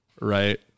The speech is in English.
right